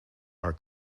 our